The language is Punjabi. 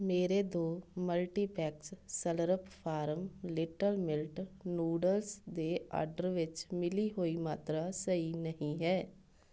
ਮੇਰੇ ਦੋ multipacks Slurrp Farm little millet noodles ਦੇ ਆਰਡਰ ਵਿੱਚ ਮਿਲੀ ਹੋਈ ਮਾਤਰਾ ਸਹੀ ਨਹੀਂ ਹੈ